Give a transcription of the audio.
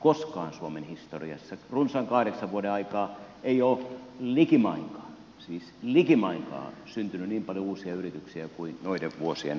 koskaan suomen historiassa ei ole likimainkaan siis likimainkaan syntynyt niin paljon uusia yrityksiä kuin noiden vuosien aikaan